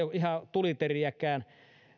ole ihan tuliteriäkään